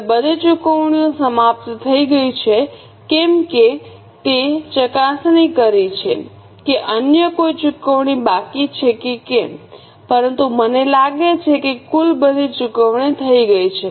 હવે બધી ચુકવણીઓ સમાપ્ત થઈ ગઈ છે કે કેમ તે ચકાસણી કરી છે કે અન્ય કોઈ ચુકવણી બાકી છે કે કેમ પરંતુ મને લાગે છે કે કુલ બધી ચૂકવણી થઈ ગઈ છે